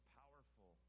powerful